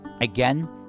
Again